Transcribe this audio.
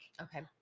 Okay